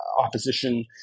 opposition